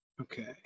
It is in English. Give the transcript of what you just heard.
Okay